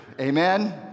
Amen